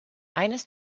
eines